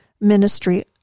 ministry